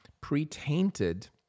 pre-tainted